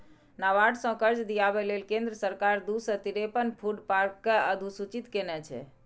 नाबार्ड सं कर्ज दियाबै लेल केंद्र सरकार दू सय तिरेपन फूड पार्क कें अधुसूचित केने छै